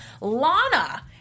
Lana